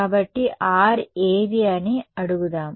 కాబట్టి R ఏది అని అడుగుదాం